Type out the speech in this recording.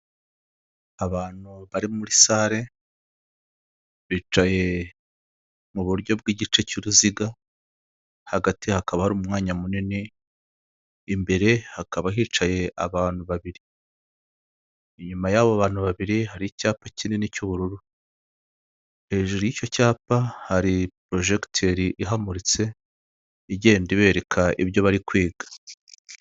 Abantu bari muri sale bicaye mu buryo bw'igice cy'uruziga hagati hakaba hari umwanya munini imbere hakaba hicaye abantu babiri, inyuma y'abo bantu babiri hari icyapa kinini cy'ubururu hejuru y'icyo cyapa hari porojegiteri ihamuritse igenda ibereka ibyo bari kwiga.